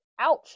Ouch